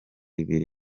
ibiri